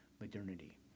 modernity